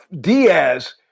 Diaz